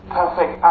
perfect